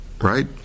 right